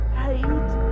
hate